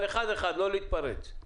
אחד, אחד, לא להתפרץ.